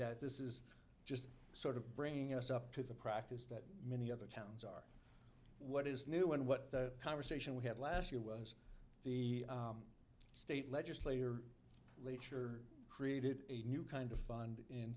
that this is just sort of bringing us up to the practice that many other towns what is new and what the conversation we had last year was the state legislator leecher created a new kind of fund in